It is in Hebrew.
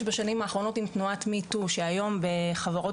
בשנים האחרונות עם תנועת me too שהיום בחברות